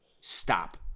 Stop